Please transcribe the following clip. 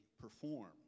perform